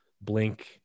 Blink